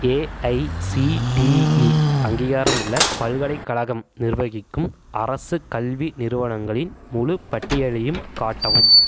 AICTE அங்கீகாரமுள்ள பல்கலைக்கழகம் நிர்வகிக்கும் அரசு கல்வி நிறுவனங்களின் முழுப் பட்டியலையும் காட்டவும்